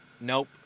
Nope